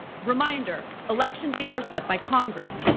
reminder election dates are set by congress,